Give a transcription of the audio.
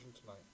tonight